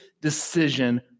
decision